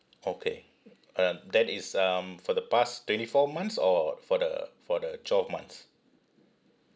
okay uh that is um for the past twenty four months or for the for the twelve months